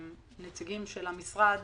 הצבנו לנו במשרד